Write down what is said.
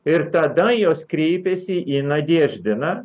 ir tada jos kreipėsi į nadeždiną